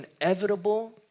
inevitable